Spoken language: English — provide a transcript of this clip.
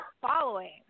following